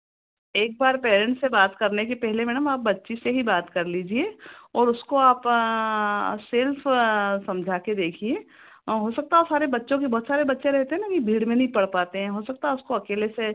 एक बार पेरेंट्स से बात करने कि पहले मैडम आप बच्ची से ही बात कर लीजिए और उसको आप सेल्फ समझा के देखिए हो सकता है सारे बच्चों के बहुत सारे बच्चे रहते हैं ना कि भीड़ में नहीं पढ़ पाते हैं हो सकता है उसको अकेले से